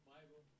Bible